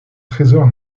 trésor